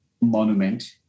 monument